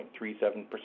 0.37%